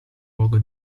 luogo